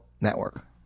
Network